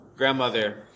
grandmother